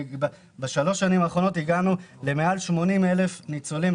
בשלוש השנים האחרונות אנחנו הגענו לבתים של יותר מ-80,000 ניצולים.